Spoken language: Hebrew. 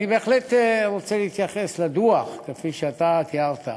אני בהחלט רוצה להתייחס לדוח, כפי שאתה תיארת,